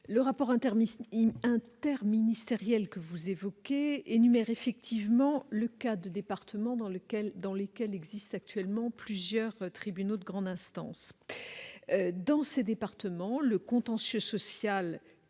le rapport interministériel que vous évoquez énumère effectivement le cas de départements dans lesquels existent actuellement plusieurs tribunaux de grande instance et où le contentieux social